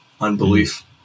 unbelief